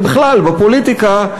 ובכלל בפוליטיקה,